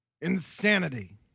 Insanity